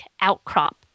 outcrop